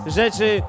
rzeczy